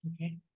Okay